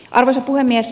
arvoisa puhemies